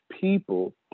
people